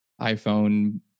iPhone